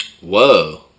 Whoa